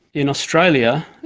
in australia,